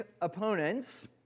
opponents